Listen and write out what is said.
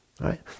right